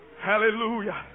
Hallelujah